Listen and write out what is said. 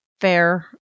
fair